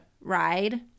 ride